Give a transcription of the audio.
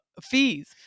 fees